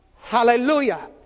Hallelujah